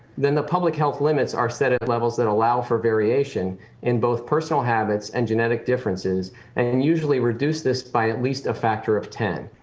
then the public health limits are set at levels that allow for variation in both personal habits and genetic differences and then usually reduce this by at least a factor of ten.